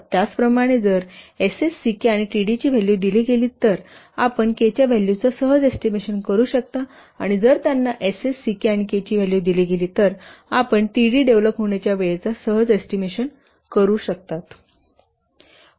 तर त्याचप्रमाणे जर S s C k आणि t d ची व्हॅल्यू दिली गेली तर आपण K च्या व्हॅल्यूचा सहज एस्टिमेशन करू शकता आणि जर त्यांना S s C k आणि K ची व्हॅल्यू दिली गेली आहेत तर आपण t d डेव्हलप होण्याच्या वेळेचा सहज एस्टिमेशन करू शकता